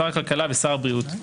שר הכלכלה ושר הבריאות,